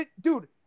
Dude